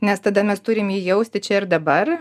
nes tada mes turim jį jausti čia ir dabar